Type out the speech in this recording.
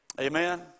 Amen